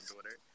twitter